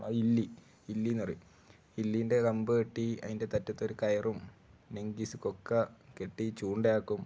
ഇല്ലി ഇല്ലി എന്ന് പറയും ഇല്ലീൻ്റെ കമ്പ് കെട്ടി അതിൻ്റെ അറ്റത്ത് ഒരു കയറും നെങ്കീസ് കൊക്ക കെട്ടി ചൂണ്ട ആക്കും